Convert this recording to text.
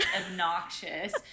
obnoxious